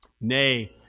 Nay